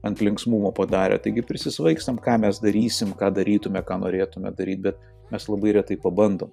ant linksmumo padarę taigi prisisvaikstam ką mes darysim ką darytume ką norėtume daryt bet mes labai retai pabandom